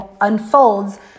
unfolds